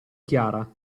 chiara